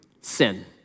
Sin